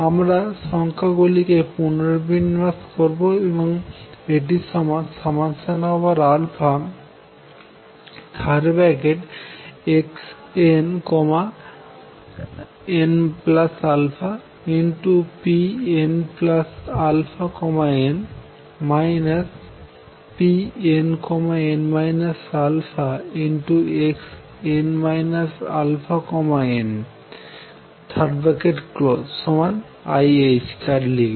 আমার সংখ্যা গুলিকে পুনর্বিন্যাস করবো এবং এটি সমান xnnαpnαn pnn xn αn iℏ লিখব